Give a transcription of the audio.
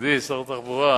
אדוני שר התחבורה,